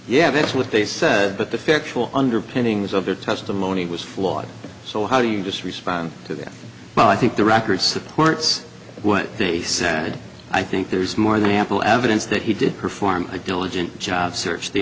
yeah that's what they said but the factual underpinnings of the testimony was flawed so how do you just respond to that but i think the record supports what they said i think there's more than ample evidence that he did perform a diligent job search the